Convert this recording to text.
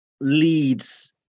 leads